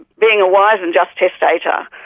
being a wise and just testator,